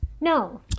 No